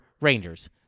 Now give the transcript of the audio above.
Rangers